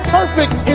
perfect